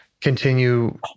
continue